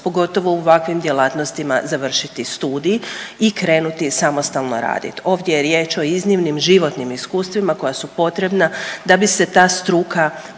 pogotovo u ovakvim djelatnostima završiti studij i krenuti samostalno radit, ovdje je riječ o iznimnim životnim iskustvima koja su potrebna da bi se ta struka